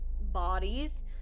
bodies